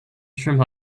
trim